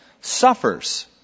suffers